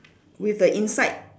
with the inside